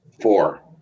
Four